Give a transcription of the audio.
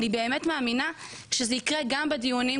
אני באמת מאמינה שזה יקרה גם בדיונים,